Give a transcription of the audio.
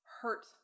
hurt